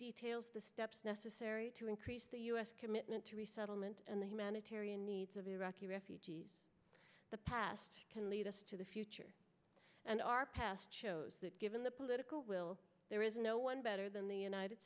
details the steps necessary to increase the u s commitment to resettlement and the humanitarian needs of iraqi refugees in the past can lead us to the future and our past shows that given the political will there is no one better than the united